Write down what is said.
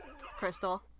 Crystal